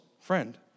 friend